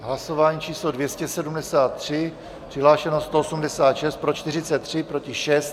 Hlasování číslo 273, přihlášeno 186, pro 43, proti 6.